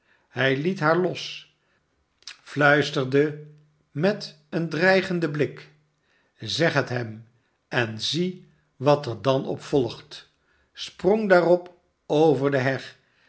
hij liet haar los fluisterde met een dreigenden blik zeg het hem en zie wat er dan op volgt sprong daarop over de heg